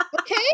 Okay